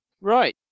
right